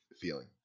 feeling